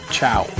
Ciao